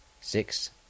Six